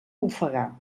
ofegar